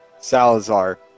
Salazar